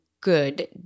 good